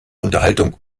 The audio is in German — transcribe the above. unterhaltung